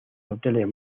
hoteles